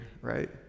Right